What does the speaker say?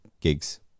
gigs